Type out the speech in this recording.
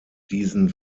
diesen